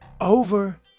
over